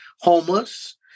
homeless